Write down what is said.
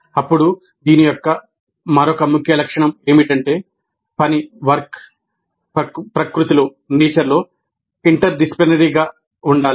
అప్పుడు దీని యొక్క మరొక ముఖ్య లక్షణం ఏమిటంటే పని గా ఉండాలి